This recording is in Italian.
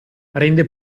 rende